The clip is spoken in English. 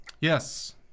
Yes